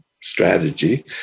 strategy